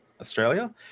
Australia